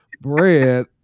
bread